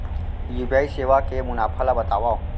UPI सेवा के मुनाफा ल बतावव?